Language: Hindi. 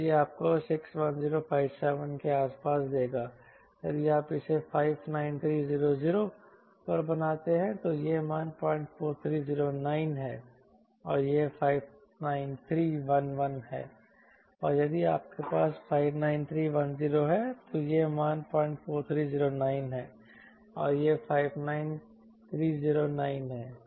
तो यह आपको 61057 के आसपास देगा यदि आप इसे 59300 पर बनाते हैं तो यह मान 04309 है और यह 59311 है और यदि आपके पास 59310 है तो यह मान 04309 है और यह 59309 है